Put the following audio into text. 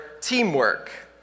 Teamwork